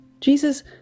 Jesus